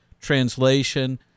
translation